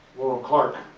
laurel clark,